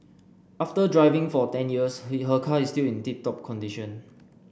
after driving for ten years he her car is still in tip top condition